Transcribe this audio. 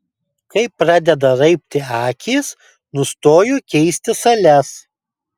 kai pradeda raibti akys nustoju keisti sales